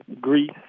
Greece